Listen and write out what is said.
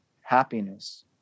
happiness